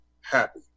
happy